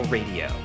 Radio